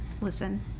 listen